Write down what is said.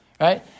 right